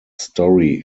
story